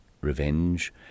revenge